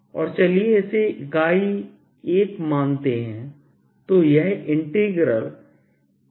और चलिए इसे इकाई 1 मानते हैं